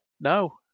No